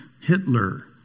Hitler